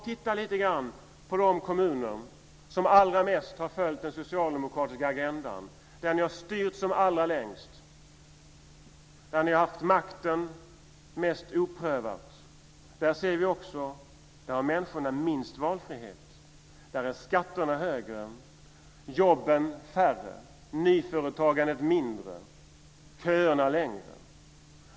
Titta lite grann på de kommuner som allra mest har följt den socialdemokratiska agendan, där den har styrts som allra längst, där ni har haft makten mest oprövad, där ser vi också att människorna har minst valfrihet, där är skatterna högre, jobben färre, nyföretagandet mindre, köerna längre.